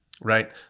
right